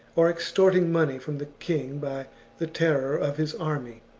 or extort ing money from the king by the terror of his army.